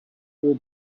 will